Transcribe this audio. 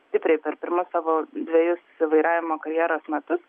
stipriai per pirmus savo dvejus vairavimo karjeros metus